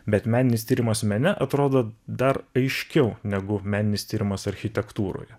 bet meninis tyrimas mene atrodo dar aiškiau negu meninis tyrimas architektūroje